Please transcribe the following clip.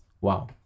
wow